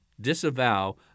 disavow